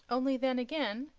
only then again,